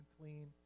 clean